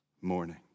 morning